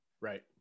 Right